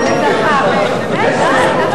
חבר הכנסת סעיד נפאע,